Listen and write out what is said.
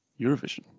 Eurovision